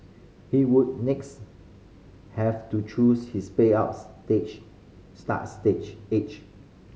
he would next have to choose his payout stage start stage age